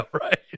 Right